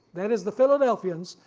that is the philadelphians,